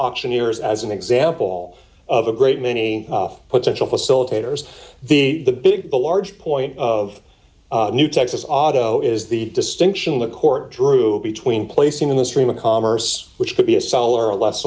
auctioneer's as an example of a great many potential facilitators the the big the large point of new texas auto is the distinction the court drew between placing in the stream of commerce which could be a seller a less